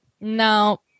no